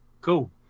cool